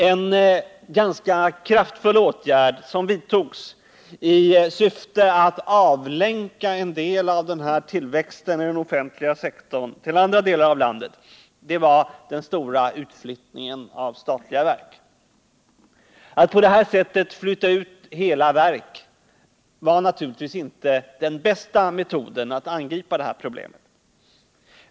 En ganska kraftfull åtgärd, som vidtogs i syfte att avlänka en del av den här tillväxten i den offentliga sektorn till andra delar av landet, var den stora utflyttningen av statliga verk. Att på det sättet flytta ut hela verk var naturligtvis inte den bästa metoden för att angripa problemet.